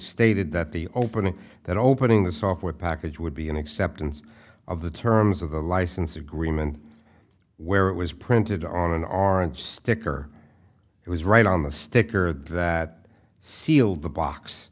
stated that the opening that opening the software package would be an acceptance of the terms of the license agreement where it was printed on an orange sticker it was right on the sticker that sealed the box